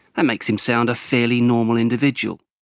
that makes him sound a fairly normal individual.